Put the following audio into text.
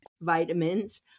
vitamins